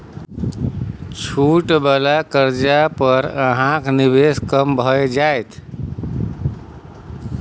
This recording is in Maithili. छूट वला कर्जा पर अहाँक निवेश कम भए जाएत